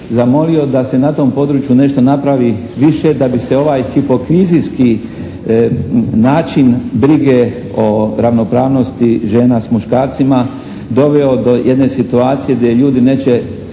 zamolio da se na tom području nešto napravi više da bi se ovaj hipokrizijski način brige o ravnopravnosti žena s muškarcima doveo do jedne situacije gdje ljudi neće